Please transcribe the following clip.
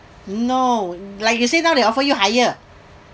no like you say now they offer you higher